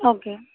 okay